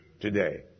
today